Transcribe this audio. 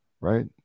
right